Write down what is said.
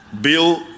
bill